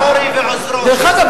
דרך אגב,